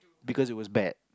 because it was bad